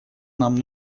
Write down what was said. нам